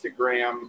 Instagram